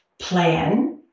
plan